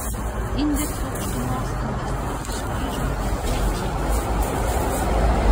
indekso aukštumos investuotojai grįžo į teo lt poziciją